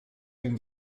been